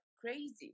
crazy